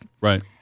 Right